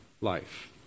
life